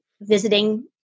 visiting